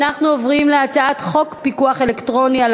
אנחנו עוברים להצעת חוק פיקוח אלקטרוני על